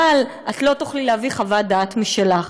אבל את לא תוכלי להביא חוות דעת משלך.